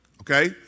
okay